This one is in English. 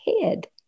head